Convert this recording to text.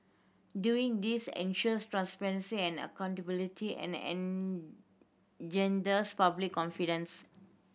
doing this ensures transparency and accountability and engenders public confidence